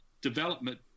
development